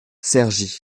cergy